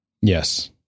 Yes